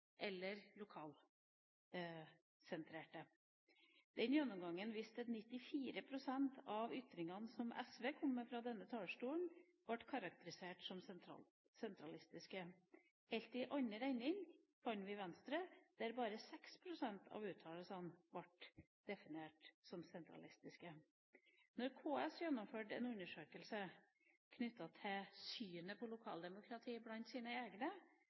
eller «lokalsentrerte». Den gjennomgangen viste at 94 pst. av ytringene som SV kom med fra denne talerstolen, ble karakterisert som «sentralistiske». Helt i andre enden fant vi Venstre, der bare 6 pst. av uttalelsene ble definert som «sentralistiske». KS har også gjennomført en undersøkelse knyttet til synet på lokaldemokratiet blant sine egne,